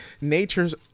natures